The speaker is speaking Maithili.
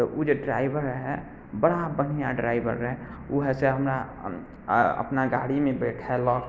तऽ ओ जे ड्राइवर रहै बड़ा बढ़िआँ ड्राइवर रहै ओ हइ से हमरा अपना गाड़ीमे बैठेलक